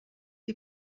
die